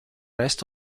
rest